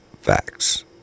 facts